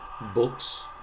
books